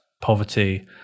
poverty